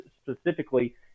specifically